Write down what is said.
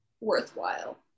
worthwhile